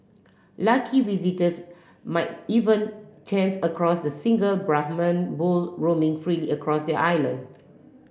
lucky visitors might even chance across the single Brahman bull roaming freely across the island